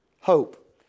hope